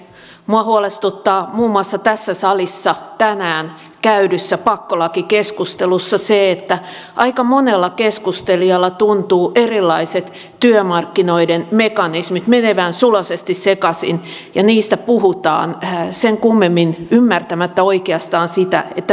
minua huolestuttaa muun muassa tässä salissa tänään käydyssä pakkolakikeskustelussa se että aika monella keskustelijalla tuntuvat erilaiset työmarkkinoiden mekanismit menevän suloisesti sekaisin ja niistä puhutaan sen kummemmin ymmärtämättä oikeastaan sitä mistä puhutaan